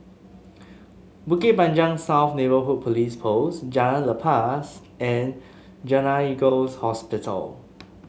Bukit Panjang South Neighbourhood Police Post Jalan Lepas and Gleneagles Hospital